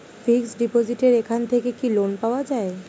Fix ডিপোজিটের এখান থেকে কি লোন পাওয়া যায়?